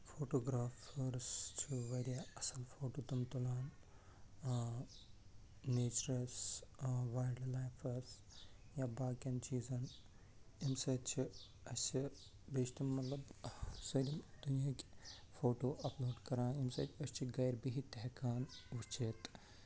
photographers چھُ واریاہ اَصٕل فوٹوٗ تم تُلان نٮ۪چرَل وایلڈٕ لایفَس یا باقِیَن چیٖزَن أمۍ سۭتۍ چھِ اَسہِ بیٚیہِ چھِ تم مطلب سٲلِم دُنیاۂکۍ فوٹوٗ اپلوڈ کران ییٚمہِ سۭتۍ أسۍ چھِ گَرِ بِہِتھ تہِ ہٮ۪کان وُچِتھ